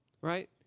right